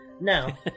Now